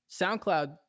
SoundCloud